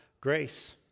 grace